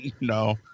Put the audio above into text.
No